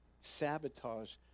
sabotage